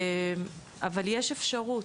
אבל יש אפשרות.